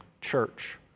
church